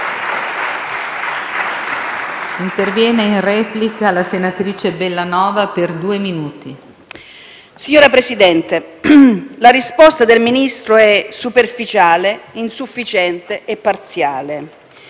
Signor Presidente, la risposta del Ministro è superficiale, insufficiente e parziale.